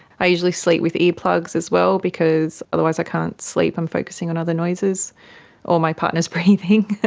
i usually sleep with earplugs as well because otherwise i can't sleep, i'm focusing on other noises or my partner is breathing,